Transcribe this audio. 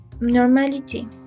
normality